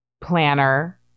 planner